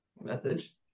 message